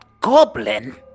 goblin